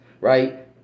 right